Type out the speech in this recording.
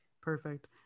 Perfect